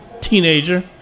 teenager